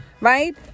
right